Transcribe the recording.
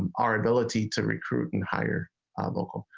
um our ability to recruit and hire local.